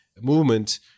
movement